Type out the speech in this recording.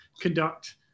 conduct